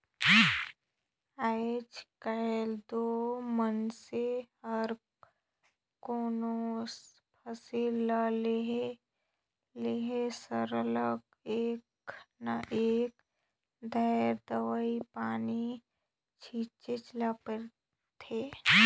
आएज काएल दो मइनसे हर कोनोच फसिल ल लेहे सरलग एक न एक धाएर दवई पानी छींचेच ले परथे